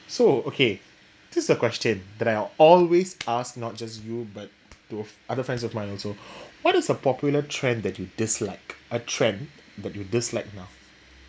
so okay this is a question that I'll always asked not just you but to other friends of mine also what is a popular trend that you dislike a trend that you dislike now